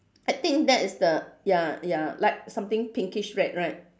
I think that's the ya ya like something pinkish red right